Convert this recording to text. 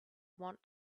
want